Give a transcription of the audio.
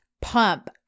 pump